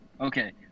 Okay